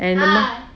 and